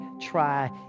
try